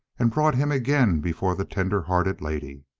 and brought him again before the tender-hearted lady.